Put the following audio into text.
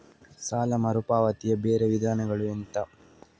ಸಾಲ ಮರುಪಾವತಿಯ ಬೇರೆ ವಿಧಾನಗಳು ಎಂತ?